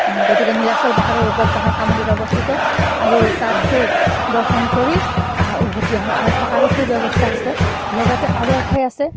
গতিকে নীলাচল পাহাৰৰ ওপৰত কামাখ্যা মন্দিৰ অৱস্থিত আৰু তাত গৈ দৰ্শন কৰি উভতি আহোঁ আৰু থকাৰো সু ব্যৱস্থা আছে লগতে আৰু এঠাই আছে